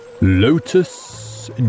Lotus